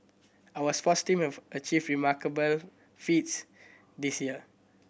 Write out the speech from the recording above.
our sports team have achieved remarkable feats this year